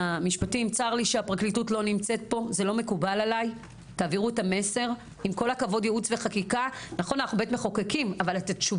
אתם לא תביאו נציגים של ייעוץ וחקיקה שישתלטו על